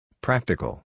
Practical